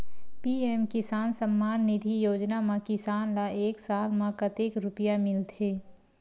PM किसान सम्मान निधी योजना म किसान ल एक साल म कतेक रुपिया मिलथे?